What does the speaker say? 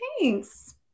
thanks